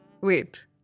Wait